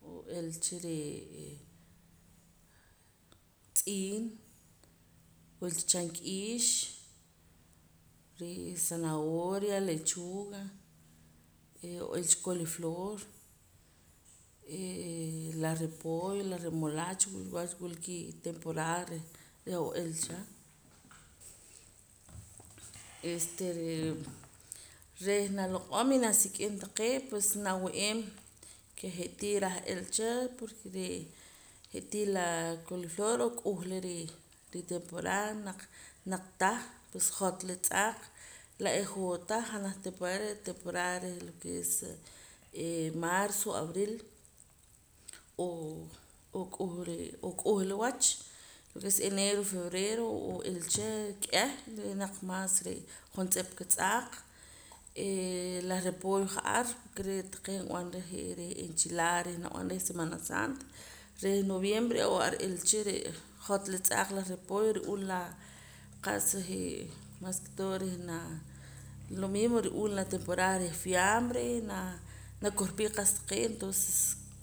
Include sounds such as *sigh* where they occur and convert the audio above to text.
n'oo ila cha re'ee tz'iin wila chamk'iix re' zanahoria lechuga re' n'oo ilacha *hesitation* coliflor hee la repollo la remolacha wach wula kitemporada reh reh n'oo ilacha *noise* este ree' reh naloq'om y nasik'im taqee' pues nawe'eem ke je'tii rah ilcha porque re' je'tii la coliflor n'oo k'uhla rii ritemporada naq naq tah pues jot la tz'aaq la ejoota janaj temporada re' temporada re' lo ke es hee marzo abril oo ook'u re' n'oo k'uhla wach lo ke es enero y febrero oo ilacha k'eh re' naq maas re' juntz'ip ka tz'aaq eeh la repollo ja'ar porque re' taqee' nb'anara je' re'ee enchiladas reh nab'an reh semana santa reh noviembre n'oo ar ilacha re' jotla tz'aaq la repollo ru'uum la qa'sa je' mas ke todo reh naa lo mismo ru'uum la temporada reh fiambre naa nakorpii qa'sa taqee' entonces